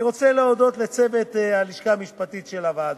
אני רוצה להודות לצוות הלשכה המשפטית של הוועדה,